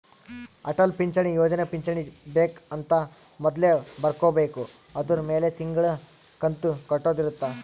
ಅಟಲ್ ಪಿಂಚಣಿ ಯೋಜನೆ ಪಿಂಚಣಿ ಬೆಕ್ ಅಂತ ಮೊದ್ಲೇ ಬರ್ಕೊಬೇಕು ಅದುರ್ ಮೆಲೆ ತಿಂಗಳ ಕಂತು ಕಟ್ಟೊದ ಇರುತ್ತ